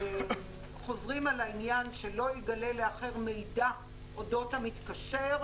חוזרים על העניין ש"לא ייגלה לאחר מידע אודות המתקשר",